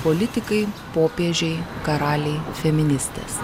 politikai popiežiai karaliai feministės